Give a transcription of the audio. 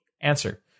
Answer